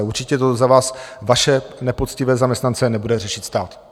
Určitě za vás vaše nepoctivé zaměstnance nebude řešit stát.